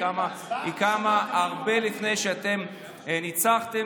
היא קמה הרבה לפני שאתם ניצחתם.